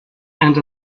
and